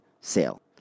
sale